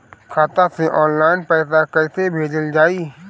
खाता से ऑनलाइन पैसा कईसे भेजल जाई?